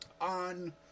on